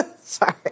sorry